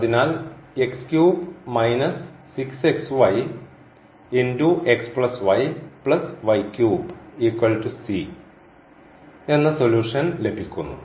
അതിനാൽ എന്ന് സൊല്യൂഷൻ ലഭിക്കുന്നു